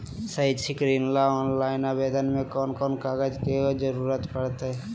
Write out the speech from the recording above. शैक्षिक ऋण ला ऑनलाइन आवेदन में कौन कौन कागज के ज़रूरत पड़तई?